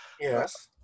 yes